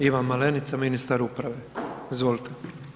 Ivan Malenica, ministar uprave, izvolite.